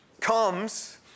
Comes